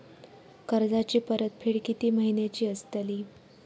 कर्जाची परतफेड कीती महिन्याची असतली?